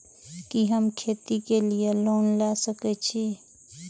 कि हम खेती के लिऐ लोन ले सके छी?